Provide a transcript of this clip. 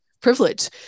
privilege